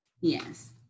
Yes